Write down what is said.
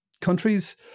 countries